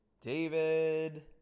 David